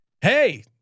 Hey